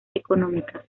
económicas